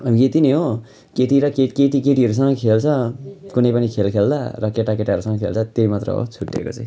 अनि यति नै हो केटी र केटी केटीहरूसँग खेल्छ कुनै पनि खेल खेल्दा र केटा केटाहरूसँग खेल्छ त्यही मात्र हो छुट्टिएको चाहिँ